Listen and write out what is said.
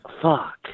Fuck